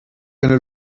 keine